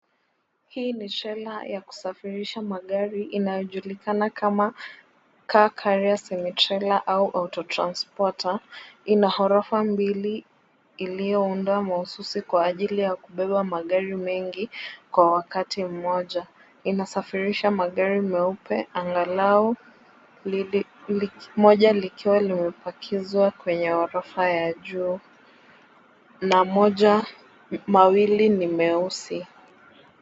Hii ni trela ya kusafirisha magari inayojulikana kama car carrier semi trailer au auto transporter . Ina ghorofa mbili iliyoundwa mahususi kwa ajili ya kubeba magari mengi kwa wakati moja. Inasafirisha magari meupe angalau moja likiwa limepakizwa kwenye ghorofa ya juu na mawili ni meusi.